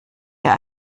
ihr